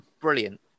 Brilliant